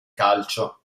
calcio